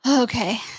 Okay